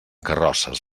carrosses